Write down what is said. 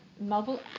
mobile